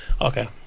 Okay